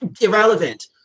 Irrelevant